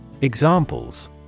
Examples